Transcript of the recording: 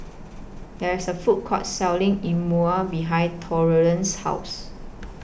There IS A Food Court Selling E moor behind Torrance's House